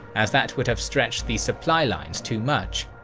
as that would have stretched the supply lines too much.